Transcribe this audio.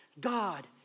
God